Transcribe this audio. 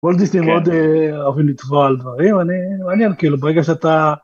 וולט דיסני מאוד אוהבים לתבוע על דברים, ואני, כאילו, ברגע שאתה...